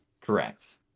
Correct